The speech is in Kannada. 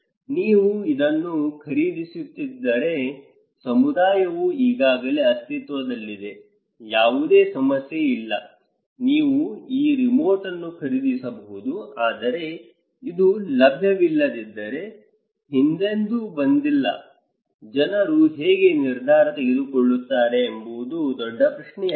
ನೀವು ಇದನ್ನು ಖರೀದಿಸುತ್ತಿದ್ದರೆ ಸಮುದಾಯವು ಈಗಾಗಲೇ ಅಸ್ತಿತ್ವದಲ್ಲಿದೆ ಯಾವುದೇ ಸಮಸ್ಯೆ ಇಲ್ಲ ನೀವು ಈ ರಿಮೋಟ್ ಅನ್ನು ಖರೀದಿಸಬಹುದು ಆದರೆ ಇದು ಲಭ್ಯವಿಲ್ಲದಿದ್ದರೆ ಹಿಂದೆಂದೂ ಬಂದಿಲ್ಲ ಜನರು ಹೇಗೆ ನಿರ್ಧಾರ ತೆಗೆದುಕೊಳ್ಳುತ್ತಾರೆ ಎಂಬುದು ದೊಡ್ಡ ಪ್ರಶ್ನೆಯಾಗಿದೆ